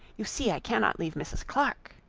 you see i cannot leave mrs. clarke.